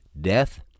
death